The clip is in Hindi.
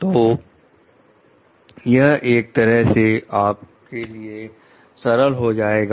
तो यह एक तरह से आपके लिए सरल हो जाएगा